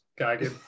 Okay